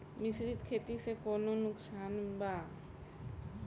मिश्रित खेती से कौनो नुकसान बा?